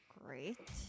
Great